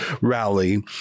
rally